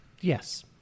Yes